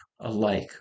alike